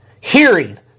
Hearing